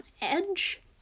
edge